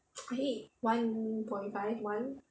I eat one point five one